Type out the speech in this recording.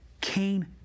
Cain